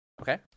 Okay